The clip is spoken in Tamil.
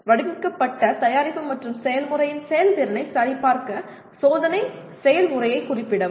வடிவமைக்கப்பட்ட தயாரிப்பு மற்றும் செயல்முறையின் செயல்திறனை சரிபார்க்க சோதனை செயல்முறையை குறிப்பிடவும்